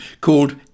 called